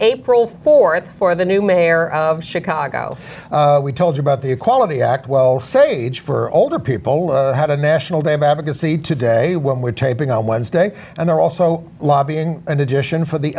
april for it for the new mayor of chicago we told you about the equality act well sage for older people had a national day of advocacy today when we're taping on wednesday and they're also lobbying and addition for the